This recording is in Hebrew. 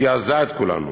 זעזע את כולנו.